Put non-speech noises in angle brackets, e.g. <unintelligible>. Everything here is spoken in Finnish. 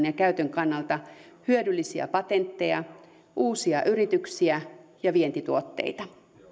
<unintelligible> ja käytön kannalta hyödyllisiä patentteja uusia yrityksiä ja vientituotteita